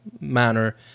manner